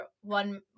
one